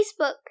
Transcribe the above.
Facebook